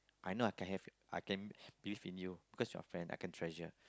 I know I can have I can believe in you because you are friend I can treasure